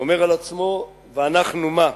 אומר על עצמו: ואנחנו מה,